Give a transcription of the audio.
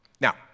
Now